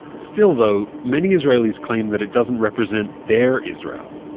still though, many israelis claim that it doesn't represent their israel.